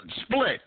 split